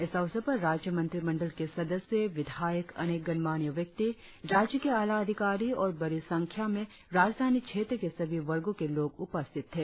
इस अवसर पर राज्य मंत्रिमंडल के सदस्य विधायक अनेक गणमान्य व्यक्ति राज्य के आला अधिकारी और बड़ी संख्या में राजधानी क्षेत्र के सभी वर्गों के लोग उपस्थित थे